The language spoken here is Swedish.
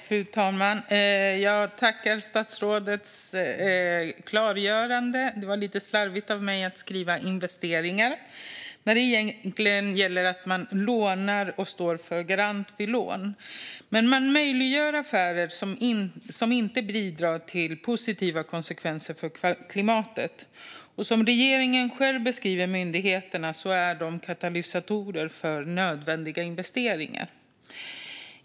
Fru talman! Jag tackar för statsrådets klargörande. Det var lite slarvigt av mig att skriva investeringar när det egentligen gäller att man lånar ut och står som garant vid lån. Men man möjliggör affärer som inte bidrar till positiva konsekvenser för klimatet. Och som regeringen själv beskriver EKN och SEK är de katalysatorer för nödvändiga investeringar.